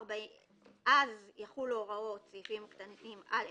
אז יחולו הוראות סעיפים קטנים (א)